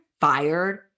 fired